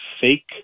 fake